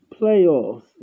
Playoffs